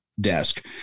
desk